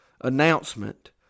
announcement